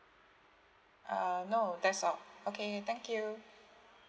uh no that's all okay thank you